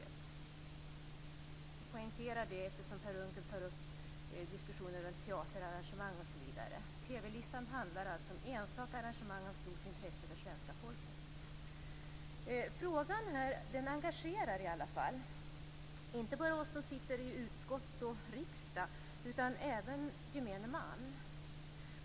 Jag poängterar det, eftersom Per Unckel tar upp diskussionen om teaterarrangemang osv. TV-listan handlar alltså om enstaka arrangemang av stort intresse för svenska folket. Frågan engagerar i alla fall, inte bara oss som sitter i utskott och riksdag utan även gemene man.